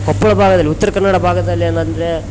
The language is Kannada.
ಕೊಪ್ಳ ಭಾಗದಲ್ಲಿ ಉತ್ತರ ಕನ್ನಡ ಭಾಗದಲ್ಲಿ ಏನೆಂದ್ರೇ